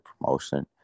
promotion